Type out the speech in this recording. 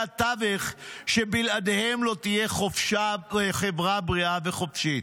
התווך שבלעדיהם לא תהיה חברה בריאה וחופשית